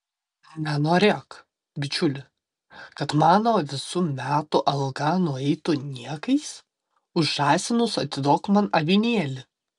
nenorėk bičiuli kad mano visų metų alga nueitų niekais už žąsinus atiduok man avinėlį